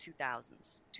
2000s